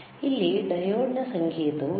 ಇಲ್ಲಿ ಡಯೋಡ್ನ ಸಂಕೇತವೂ ಇದೆ